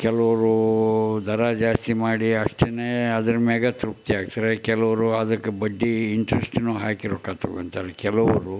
ಕೆಲವರು ದರ ಜಾಸ್ತಿ ಮಾಡಿ ಅಷ್ಟೆಯೇ ಅದ್ರ ಮ್ಯಾಗೆ ತೃಪ್ತಿ ಆಗ್ತಾರೆ ಕೆಲವರು ಅದಕ್ಕೆ ಬಡ್ಡಿ ಇಂಟ್ರೆಸ್ಟ್ನೂ ಹಾಕಿ ರೊಕ್ಕ ತಗೊಳ್ತಾರೆ ಕೆಲವರು